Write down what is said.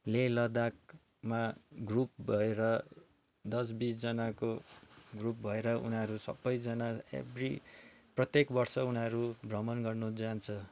ले लदाकमा ग्रुप भएर दस बिसजानाको ग्रुप भएर उनीहरू सबैजाना एभ्री प्रतेक वर्ष उनीहरू भ्रमण गर्नु जान्छ